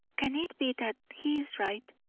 can it be that he is right?